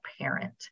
parent